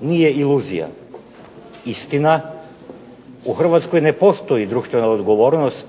nije iluzija. Istina u Hrvatskoj ne postoji društvena odgovornost,